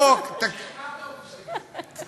שכנעת אותי שאתה קטן.